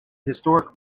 historic